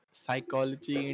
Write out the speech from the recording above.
psychology